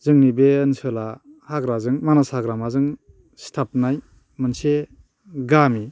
जोंनि बे ओनसोला हाग्राजों मानास हाग्रामाजों सिथाबनाय मोनसे गामि